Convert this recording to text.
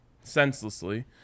senselessly